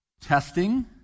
testing